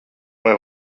vai